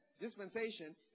dispensation